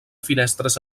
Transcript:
finestres